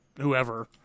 whoever